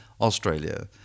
Australia